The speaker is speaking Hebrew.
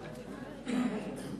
אדוני,